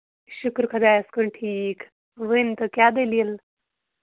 شُکُر خۄدایَس کُن ٹھیٖک ؤنۍتَو کیٛاہ دٔلیٖل